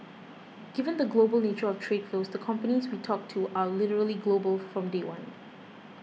given the global nature of trade flows the companies we talk to are literally global from day one